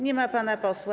Nie ma pana posła.